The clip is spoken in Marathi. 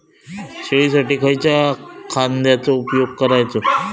शेळीसाठी खयच्या खाद्यांचो उपयोग करायचो?